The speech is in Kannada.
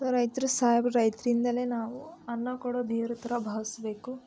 ಸೊ ರೈತರು ಸಾಯ್ಬ ರೈತರಿಂದನೇ ನಾವೂ ಅನ್ನ ಕೊಡೋ ದೇವರು ಥರ ಭಾವಿಸ್ಬೇಕು